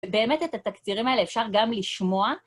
באמת את התקצירים האלה אפשר גם לשמוע.